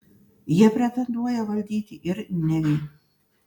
jie pretenduoja valdyti ir nevį